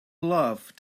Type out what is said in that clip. love